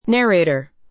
Narrator